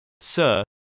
sir